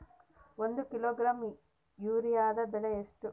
ಒಂದು ಕಿಲೋಗ್ರಾಂ ಯೂರಿಯಾದ ಬೆಲೆ ಎಷ್ಟು?